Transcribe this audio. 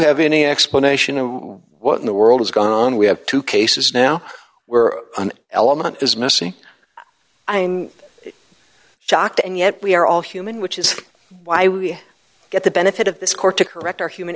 have any explanation of what in the world has gone on we have two cases now were an element is missing i'm shocked and yet we are all human which is why we get the benefit of this court to correct our human